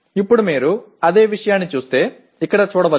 ఇప్పుడు మీరు అదే విషయాన్ని చూస్తే ఇక్కడ చూడవచ్చు